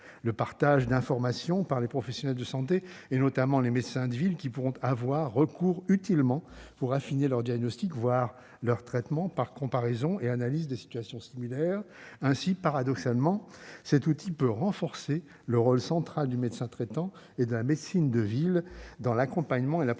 le partage d'informations par les professionnels de santé. Les médecins de ville pourront notamment y recourir avec profit pour affiner leur diagnostic, voire leur traitement, par comparaison avec des situations similaires. Ainsi, paradoxalement, cet outil peut renforcer le rôle central du médecin traitant et de la médecine de ville dans l'accompagnement et la prise en